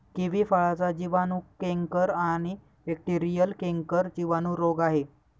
kiwi फळाचा जिवाणू canker आणि बॅक्टेरीयल कैंकर जिवाणू रोग आहे